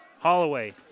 Holloway